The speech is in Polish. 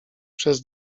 przez